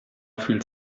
fühlt